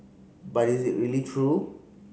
but is it really true